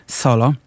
solo